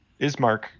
Ismark